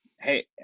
Hey